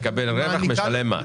וואי --- 30 שנה לא הביאו את זה.